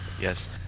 Yes